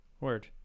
word